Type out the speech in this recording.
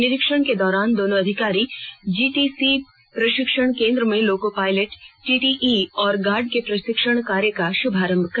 निरीक्षण दौरान दोनों अधिकारी जेटीसी प्रशिक्षण केंद्र में लोको पायलट टीटीई और गार्ड के प्रशिक्षण कार्य का शुभारंभ किया